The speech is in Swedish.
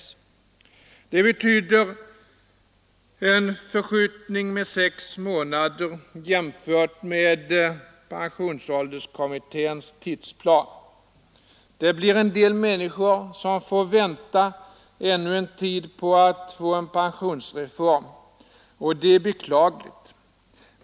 Det betyder en förskjutning med sex månader jämfört med pensionsålderskommitténs tidsplan. Det blir en del människor som får vänta ännu en tid på en pensionsreform, och det är beklagligt.